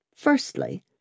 Firstly